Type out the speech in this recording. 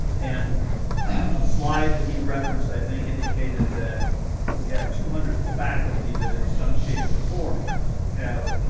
and a slide that he referenced i think indicated that we have two hundred faculty that in some shape or form have